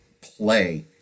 play